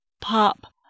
pop